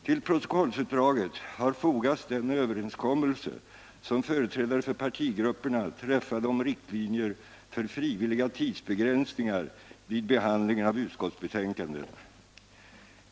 Till protokollsutdraget har fogats den överenskommelse som företrädare för partigrupperna träffat om riktlinjer för frivilliga tidsbegränsningar vid behandlingen av utskottsbetänkanden.